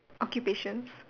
occupations